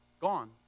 gone